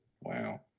wow